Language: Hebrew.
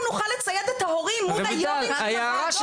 נוכל לצייד את ההורים מול היו"רים בוועדות.